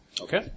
Okay